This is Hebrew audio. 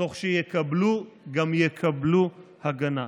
תוך שיקבלו גם יקבלו הגנה.